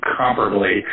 comparably